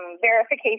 Verification